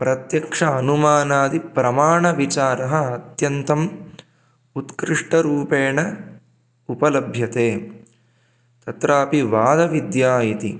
प्रत्यक्षः अनुमानादिप्रमाणविचारः अत्यन्तम् उत्कृष्टरूपेण उपलभ्यते तत्रापि वादविद्या इति